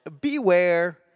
Beware